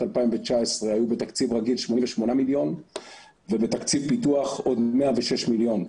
2019 היו בתקציב רגיל 88 מיליון ותקציב פיתוח עוד 106 מיליון.